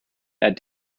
that